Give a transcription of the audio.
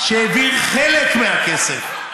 שהעביר חלק מהכסף.